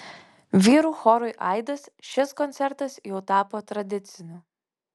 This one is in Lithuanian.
vyrų chorui aidas šis koncertas jau tapo tradiciniu